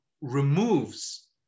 removes